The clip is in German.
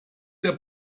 der